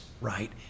right